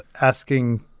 asking